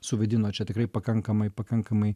suvaidino čia tikrai pakankamai pakankamai